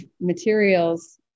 materials